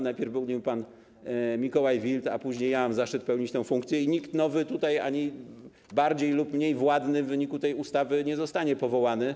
Najpierw był nim pan Mikołaj Wild, a później ja objąłem i mam zaszczyt pełnić tę funkcję i nikt nowy, ani bardziej, ani mniej władny, w wyniku tej ustawy nie zostanie powołany.